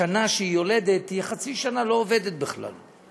בשנה שהיא יולדת היא חצי שנה לא עובדת בכלל,